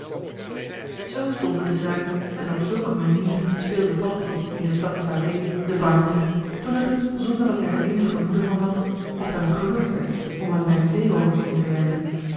zoo stonden de zaken en op zulk een manier speelde paddeltje in de stad salé den banjer toen er zonder dat hij er eenig vermoeden van had op joh h been paddeltje de scheepsjongen van michiel de ruijter hem geloerd werd om hem bij de zeeroovers in te lijven